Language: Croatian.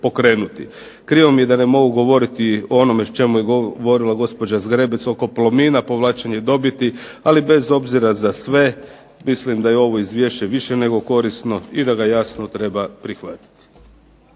Krivo mi je da ne mogu govoriti o onome čemu je govorila gospođa Zgrebec oko Plomina, povlačenje dobiti. Ali bez obzira za sve mislim da je ovo izvješće vrlo korisno i da ga jasno treba prihvatiti.